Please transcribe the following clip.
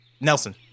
Nelson